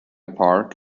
park